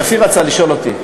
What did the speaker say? שפיר רצתה לשאול אותי.